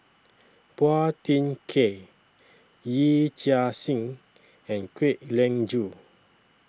Phua Thin Kiay Yee Chia Hsing and Kwek Leng Joo